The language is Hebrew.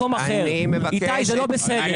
הבטחה אישית שלי קובי,